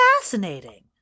fascinating